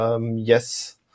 yes